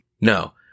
No